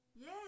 Yes